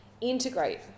integrate